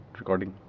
recording